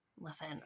listen